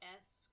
esque